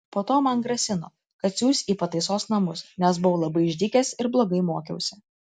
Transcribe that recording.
po to man grasino kad siųs į pataisos namus nes buvau labai išdykęs ir blogai mokiausi